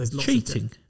Cheating